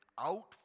out